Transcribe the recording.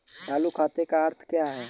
चालू खाते का क्या अर्थ है?